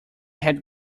had